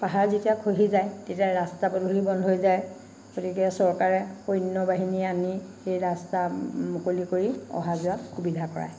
পাহাৰ যেতিয়া খহি যায় তেতিয়া ৰাস্তা পদূলি বন্ধ হৈ যায় গতিকে চৰকাৰে সৈন্যবাহিনী আনি সেই ৰাস্তা মুকলি কৰি অহা যোৱাত সুবিধা কৰায়